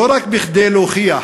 לא רק כדי להוכיח